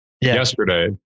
yesterday